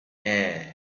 air